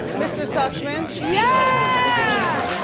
mr. sussman? yeah!